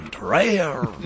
rare